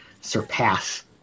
surpass